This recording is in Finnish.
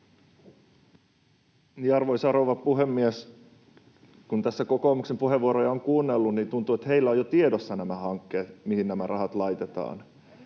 arvoisa rouva puhemies, kun tässä kokoomuksen puheenvuoroja on kuunnellut, niin tuntuu, että heillä on jo tiedossa nämä hankkeet, mihin nämä rahat laitetaan.